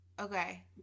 Okay